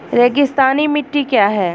रेगिस्तानी मिट्टी क्या है?